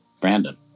Brandon